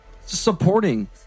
supporting